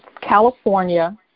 California